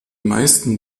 meisten